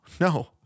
No